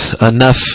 enough